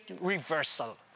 reversal